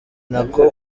nako